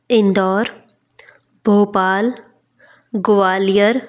Indore Bhopal Gwalior